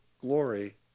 glory